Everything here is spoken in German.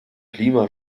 klima